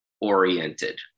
oriented